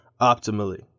optimally